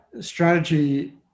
strategy